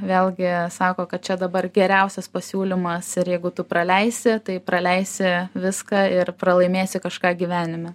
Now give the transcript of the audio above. vėlgi sako kad čia dabar geriausias pasiūlymas ir jeigu tu praleisi tai praleisi viską ir pralaimėsi kažką gyvenime